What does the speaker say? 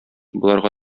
боларга